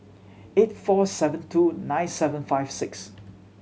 eight four seven two nine seven five six